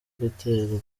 guterwa